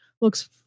looks